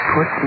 Put